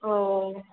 हो